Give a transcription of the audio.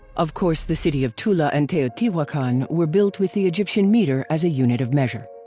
of course, the city of tula and teotihuacan were built with the egyptian meter as a unit of measure.